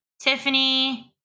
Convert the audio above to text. Tiffany